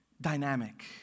dynamic